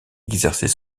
exercer